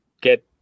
get